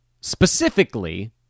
Specifically